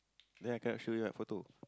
then I cannot show you that photo